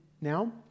now